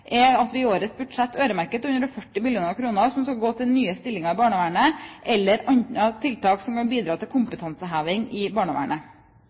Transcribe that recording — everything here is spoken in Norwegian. at vi i årets budsjett øremerker 240 mill. kr som skal gå til nye stillinger i barnevernet, eller til andre tiltak som kan bidra til kompetanseheving i barnevernet.